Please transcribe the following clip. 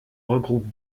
regroupe